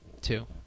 two